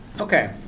Okay